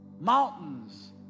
Mountains